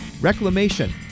Reclamation